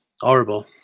horrible